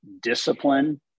Discipline